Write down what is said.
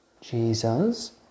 Jesus